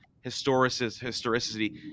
historicity